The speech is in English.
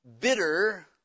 bitter